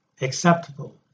acceptable